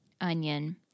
Onion